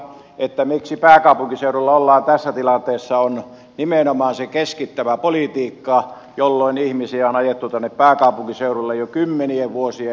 peruslähtökohta miksi pääkaupunkiseudulla ollaan tässä tilanteessa on nimenomaan se keskittävä politiikka jolloin ihmisiä on ajettu tänne pääkaupunkiseudulle jo kymmenien vuosien ajan